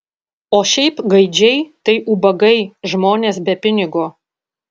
o šiaip gaidžiai tai ubagai žmonės be pinigo